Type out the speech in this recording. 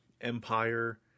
Empire